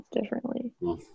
differently